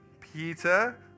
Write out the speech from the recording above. Peter